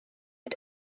ltd